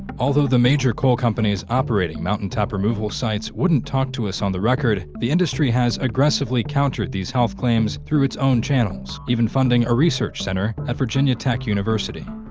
although the major coal companies operating mountaintop removal sites wouldn't talk to us on the record, the industry has aggressively countered these health claims through its own channels, even funding a research center at virginia tech university.